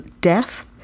death